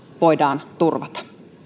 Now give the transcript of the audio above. voidaan turvata